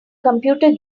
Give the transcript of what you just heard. computer